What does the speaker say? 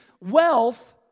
wealth